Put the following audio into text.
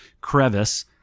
crevice